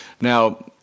Now